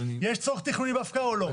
יש צורך תכנוני בהפקעה או לא?